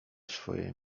swoje